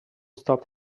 stopped